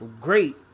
great